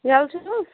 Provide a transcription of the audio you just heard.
یلہٕ چھُو حظ